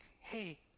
hey